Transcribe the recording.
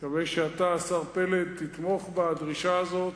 אני מקווה שאתה, השר פלד, תתמוך בדרישה הזאת.